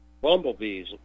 Bumblebees